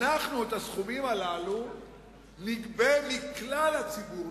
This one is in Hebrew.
אנחנו את הסכומים הללו נגבה מכלל הציבור,